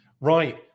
Right